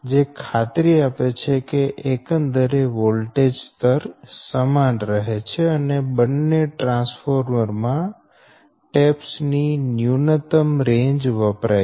જે ખાતરી આપે છે કે એકંદરે વોલ્ટેજ સ્તર સમાન રહે છે અને બંને ટ્રાન્સફોર્મર માં ટેપ્સ ની ન્યૂનતમ રેન્જ વપરાય છે